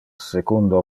secundo